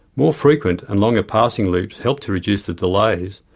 more frequent and longer passing loops help to reduce the delays,